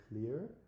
clear